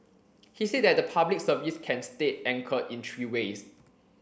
he said that the Public Service can stay anchored in three ways